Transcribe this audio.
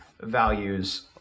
values